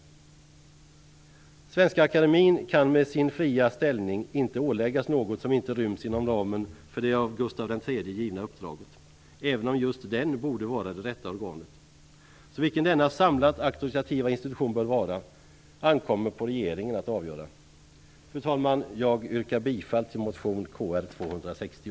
Svenska Akademien kan med sin fria ställning inte åläggas något som inte ryms inom ramen för det av Gustaf III givna uppdraget, även om just den borde vara det rätta organet. Vilken denna samlat auktoritativa institution bör vara ankommer på regeringen att avgöra. Fru talman! Jag yrkar bifall till motion Kr260.